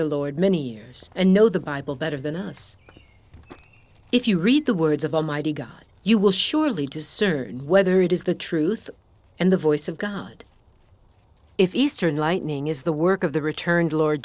the lord many years and know the bible better than us if you read the words of almighty god you will surely discern whether it is the truth and the voice of god if eastern lightning is the work of the returned lord